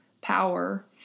power